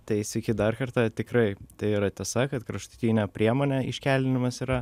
tai sveiki dar kartą tikrai tai yra tiesa kad kraštutinė priemonė iškeldinimas yra